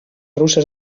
russes